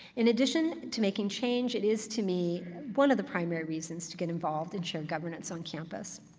in addition to making change, it is, to me, one of the primary reasons to get involved in shared governance on campus.